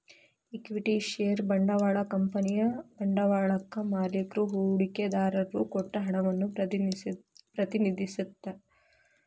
equity share ಬಂಡವಾಳ ಕಂಪನಿಯ ಬಂಡವಾಳಕ್ಕಾ ಮಾಲಿಕ್ರು ಹೂಡಿಕೆದಾರರು ಕೊಟ್ಟ ಹಣವನ್ನ ಪ್ರತಿನಿಧಿಸತ್ತ